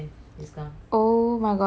oh my god are you serious